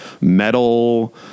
metal